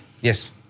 Yes